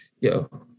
yo